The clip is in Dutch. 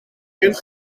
kind